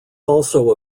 also